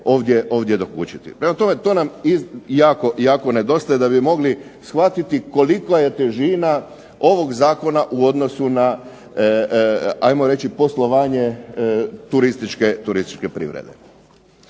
ovdje dokučiti. Prema tome to nam jako nedostaje da bi mogli shvatiti kolika je težina ovog zakona u odnosu na ajmo reći poslovanje turističke privrede.